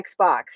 Xbox